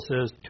says